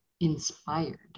inspired